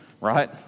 right